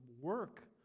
work